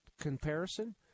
comparison